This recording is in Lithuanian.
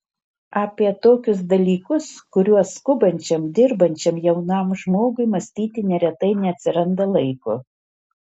apie tokius dalykus kuriuos skubančiam dirbančiam jaunam žmogui mąstyti neretai neatsiranda laiko